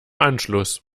anschluss